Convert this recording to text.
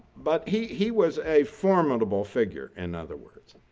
but he he was a formidable figure in other words,